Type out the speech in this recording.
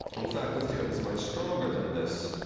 in fact, the theorem is much stronger than this.